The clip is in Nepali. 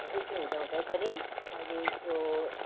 रुचि हुँदाहुँदै पनि मैले त्यो